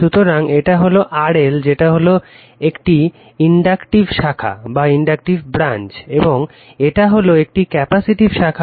সুতরাং এটা হলো RL যেটা হলো একটি ইনডাক্টিভ শাখা এবং এটা হলো একটি ক্যাপাসিটিভ শাখা